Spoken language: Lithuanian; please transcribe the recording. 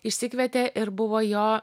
išsikvietė ir buvo jo